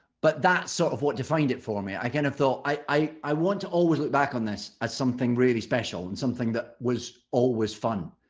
but that is sort of what de fined it for me. i kind of thought, i want to always look back on this as something really special and something that was always fun.